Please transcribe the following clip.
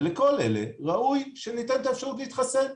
לכל אלה ראוי שניתן את האפשרות להתחסן.